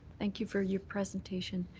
thank you for your presentation.